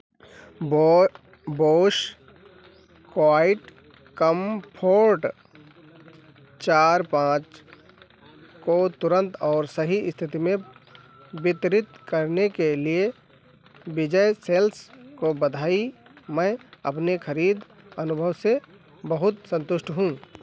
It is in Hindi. बॉ बोश क्वाइटकम्फोर्ट चार पाँच को तुरंत और सही स्थिति में वितरित करने के लिए विजय सेल्स को बधाई मैं अपने खरीद अनुभव से बहुत संतुष्ट हूँ